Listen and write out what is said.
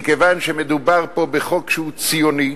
מכיוון שמדובר פה בחוק שהוא ציוני,